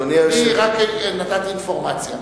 אני רק נתתי אינפורמציה.